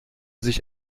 sich